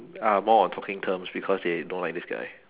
are more on talking terms because they don't like this guy